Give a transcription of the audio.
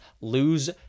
lose